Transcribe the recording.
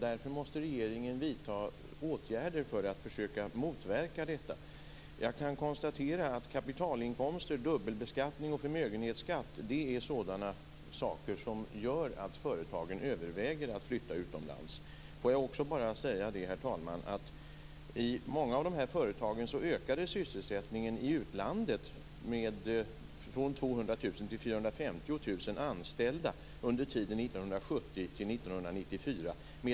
Därför måste regeringen vidta åtgärder för att försöka att motverka detta. Jag konstaterar att beskattning av kapitalinkomster, dubbelbeskattning och förmögenhetsskatt är sådant som gör att företagen överväger att flytta utomlands. I många av dessa företag ökade sysselsättningen i utlandet från 200 000 till 450 000 anställda från 1970 fram till 1994.